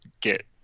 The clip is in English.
get